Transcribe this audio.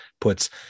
puts